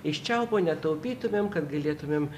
iš čiaupo netaupytumėm kad galėtumėm